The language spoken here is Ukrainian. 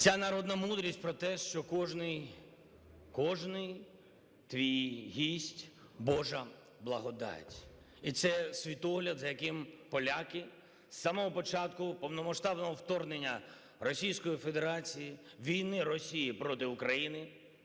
Ця народна мудрість про те, що кожний, кожний твій гість – Божа благодать. І це світогляд, за яким поляки з самого початку повномасштабного вторгнення Російської Федерації, війни Росії проти України,